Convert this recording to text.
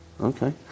okay